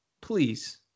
please